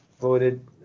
voted